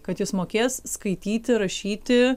kad jis mokės skaityti rašyti